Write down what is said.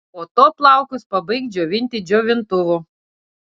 po to plaukus pabaik džiovinti džiovintuvu